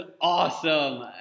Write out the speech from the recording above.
awesome